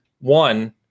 one